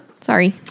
Sorry